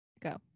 Go